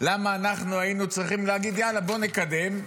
למה אנחנו היינו צריכים להגיד: יאללה, בואו נקדם,